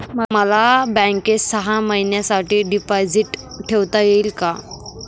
मला बँकेत सहा महिन्यांसाठी डिपॉझिट ठेवता येईल का?